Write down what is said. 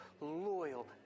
loyal